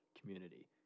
community